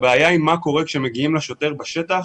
הבעיה היא מה קורה כשמגיעים לשוטר בשטח,